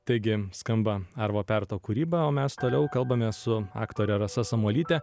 taigi skamba arvo perto kūryba o mes toliau kalbamės su aktore rasa samuolyte